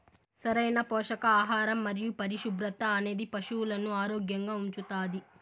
సరైన పోషకాహారం మరియు పరిశుభ్రత అనేది పశువులను ఆరోగ్యంగా ఉంచుతాది